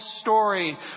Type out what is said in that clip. story